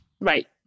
right